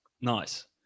nice